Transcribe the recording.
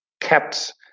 kept